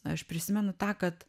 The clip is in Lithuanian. aš prisimenu tą kad